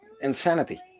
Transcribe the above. insanity